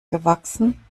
gewachsen